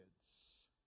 kids